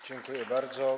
Dziękuję bardzo.